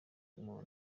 muntu